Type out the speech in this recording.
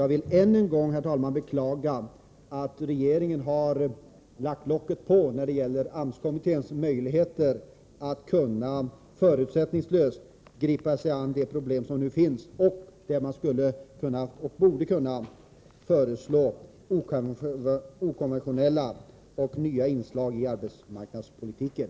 Jag vill än en gång beklaga att regeringen har ”lagt locket på” när det gäller AMS-kommitténs möjligheter att förutsättningslöst gripa sig an de problem vi har i dag och att föreslå okonventionella och framåtsyftande nya inslag i arbetsmarknadspolitiken.